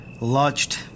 lodged